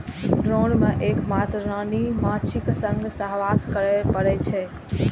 drone कें एक मात्र रानी माछीक संग सहवास करै पड़ै छै